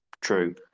true